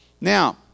Now